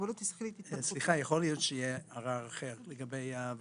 אני מתייחסת למה שנאמר כאן לגבי שוויון